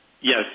Yes